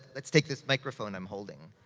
let's take this microphone i'm holding.